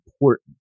important